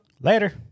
Later